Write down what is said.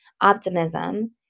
optimism